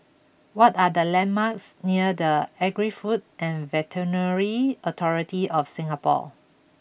what are the landmarks near the Agri Food and Veterinary Authority of Singapore